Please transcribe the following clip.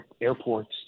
airports